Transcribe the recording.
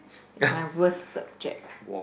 is my worst subject